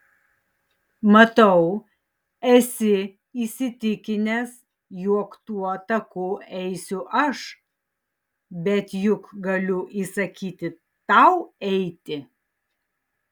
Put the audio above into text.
matau esi įsitikinęs jog tuo taku eisiu aš bet juk galiu įsakyti tau eiti